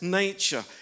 nature